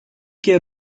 care